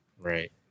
Right